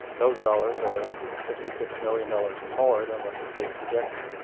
those dollars are fifty six million dollars more than what the state projected.